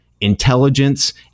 intelligence